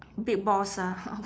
big boss ah